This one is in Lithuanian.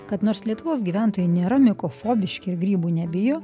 kad nors lietuvos gyventojai nėra mikofobiški ir grybų nebijo